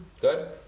Good